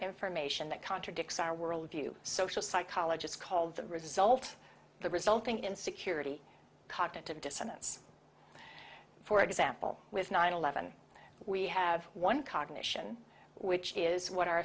information that contradicts our world view social psychologists call the result the resulting in security cognitive dissonance for example with nine eleven we have one cognition which is what our